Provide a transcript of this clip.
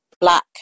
black